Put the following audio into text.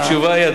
התשובה היא,